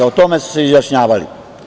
O tome su se izjašnjavali.